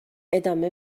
ادامه